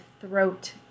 throat